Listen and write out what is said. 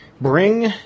bring